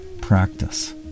practice